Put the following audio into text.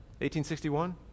1861